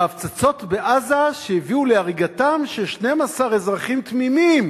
"ההפצצות בעזה שהביאו להריגתם של 12 אזרחים תמימים",